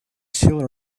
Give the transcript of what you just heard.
still